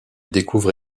découvre